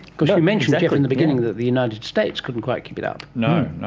because you mentioned, geoff, in the beginning that the united states couldn't quite keep it up. no,